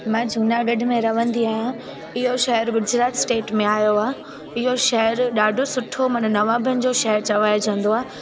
मां जूनागढ़ में रहंदी आहियां इहो शहर गुजरात स्टेट में आयो आहे इहो शहर ॾाढो सुठो माना नवाबनि जो शहर चवाएजंदो आहे